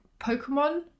Pokemon